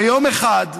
ויום אחד,